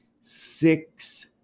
six